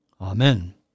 Amen